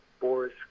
Boris